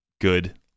good